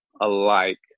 alike